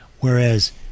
whereas